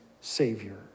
Savior